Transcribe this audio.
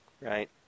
Right